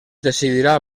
decidirà